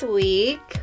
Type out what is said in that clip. week